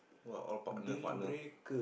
[wah] all partner partner